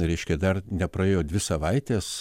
reiškia dar nepraėjo dvi savaitės